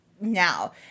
now